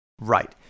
Right